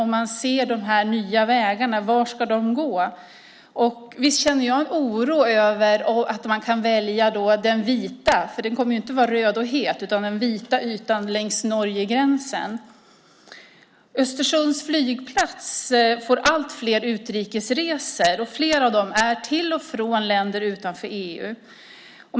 Var ska de nya vägarna gå? Visst känner jag oro över att man kan välja den vita - för den kommer inte att vara röd och het - ytan längs Norgegränsen. Östersunds flygplats får allt fler utrikesresor, och flera av dem är till och från länder utanför EU.